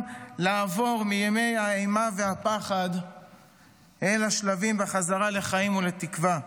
לעבור מימי האימה והפחד אל השלבים בחזרה לחיים ולתקווה.